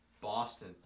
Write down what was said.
Boston